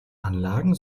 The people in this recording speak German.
anlagen